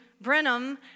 Brenham